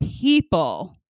people